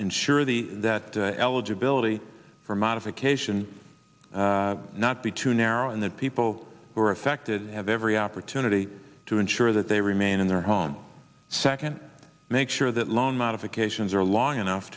ensure the that eligibility for modification not be too narrow and that people were affected have every opportunity to ensure that they remain in their home second make sure that loan modifications are long enough